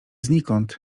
znikąd